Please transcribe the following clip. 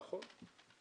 נכון.